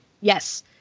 yes